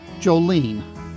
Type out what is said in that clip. Jolene